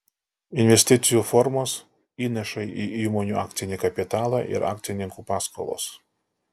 investicijų formos įnašai į įmonių akcinį kapitalą ir akcininkų paskolos